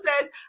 says